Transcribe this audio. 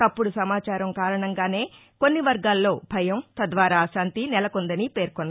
తప్పుడు సమాచారం కారణంగానే కొన్ని వర్గాల్లో భయం తద్వారా అశాంతి నెలకొందని పేర్కొన్నారు